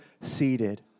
seated